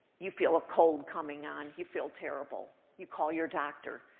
you feel a cold coming on, you feel terrible, you call your doctor.